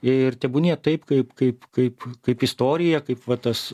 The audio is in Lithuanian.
ir tebūnie taip kaip kaip kaip kaip istorija kaip va tas